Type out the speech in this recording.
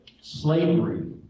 slavery